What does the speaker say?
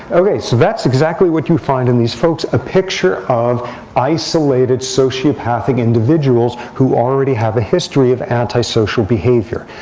ok, so that's exactly what you find in these folks a picture of isolated sociopathic individuals who already have a history history of anti-social behavior.